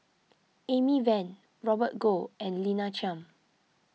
Amy Van Robert Goh and Lina Chiam